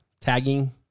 tagging